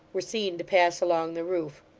were seen to pass along the roof.